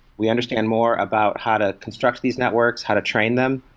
we understand more about how to construct these networks, how to train them,